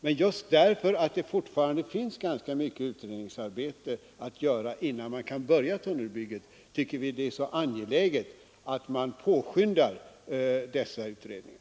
Men just därför att det finns ganska mycket utredningsarbete att göra innan man kan börja tunnelbygget tycker vi det är så angeläget att påskynda dessa utredningar.